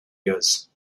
years